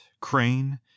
crane